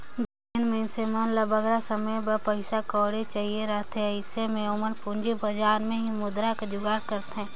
जेन मइनसे मन ल बगरा समे बर पइसा कउड़ी चाहिए रहथे अइसे में ओमन पूंजी बजार में ही मुद्रा कर जुगाड़ करथे